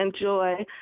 enjoy